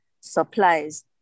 supplies